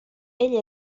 ell